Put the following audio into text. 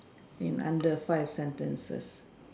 in under five sentences